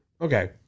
Okay